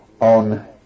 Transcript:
on